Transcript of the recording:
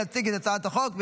להציג את הצעת החוק.